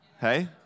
Hey